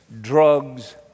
drugs